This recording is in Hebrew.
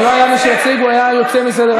אם לא היה מי שיציג, הוא היה יוצא מסדר-היום.